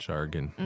Jargon